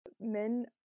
men